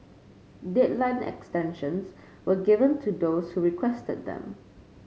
deadline extensions were given to those who requested them